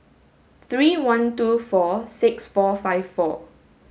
three one two four six four five four